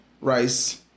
rice